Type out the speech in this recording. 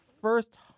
first